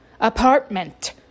apartment